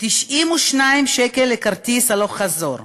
92 שקלים כרטיס הלוך-חזור,